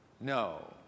No